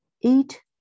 Eat